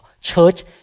church